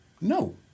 No